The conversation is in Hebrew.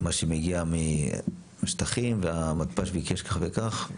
מה שמגיע משטחים והמנפ"ש ביקש כך וכך.